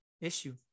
issue